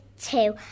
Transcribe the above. two